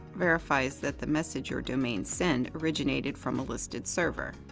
verifies that the message your domain sends originated from a listed server.